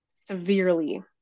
severely